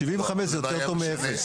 75% זה יותר טוב מאפס.